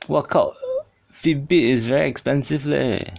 workout fitbit is very expensive leh